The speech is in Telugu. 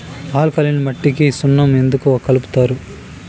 ఆల్కలీన్ మట్టికి సున్నం ఎందుకు కలుపుతారు